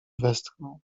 westchnął